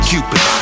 Cupid